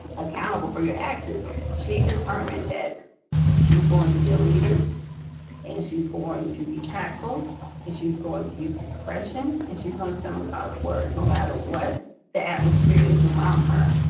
accountable for your actions she determined that she's going to be a leader and she's going to be tactful and she's going to use discretion and she's gonna summon god's word no matter what the atmosphere is around her.